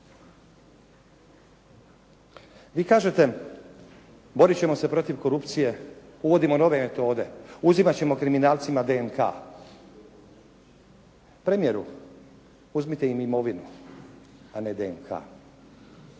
Vi kažete, boriti ćemo se protiv korupcije, uvodimo nove metode, uzimati ćemo kriminalcima DNK. Premijeru, uzmite im imovinu a ne DNK.